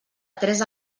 tres